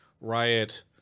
Riot